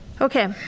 okay